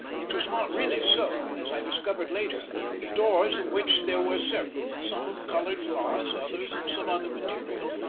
it was not really so, as i discovered later the doors, of which there were several, some of colored glass, others of some other material,